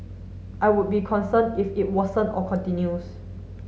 I would be concerned if it worsen or continues